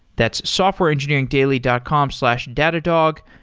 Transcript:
that's softwareengineeringdaily dot com slash datadog.